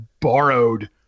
borrowed